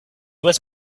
was